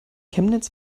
chemnitz